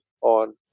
on